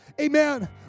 Amen